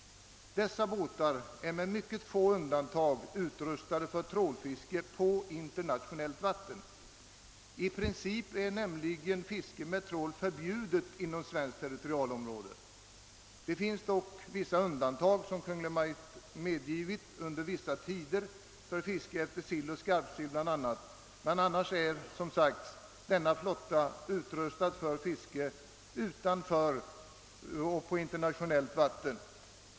Dessa båtar är med ytterst få undantag utrustade för trålfiske på internationellt vatten. I princip är nämligen fiske med trål förbjudet inom svenskt territorialområde. Kungl. Maj:t har medgivit en del undantag för fiske efter bl.a. sill och skarpsill under vissa tider, men annars är — som sagt — denna flotta utrustad för fiske på internationellt vatten.